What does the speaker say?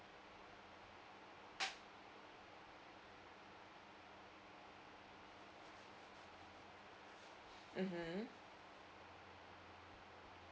mmhmm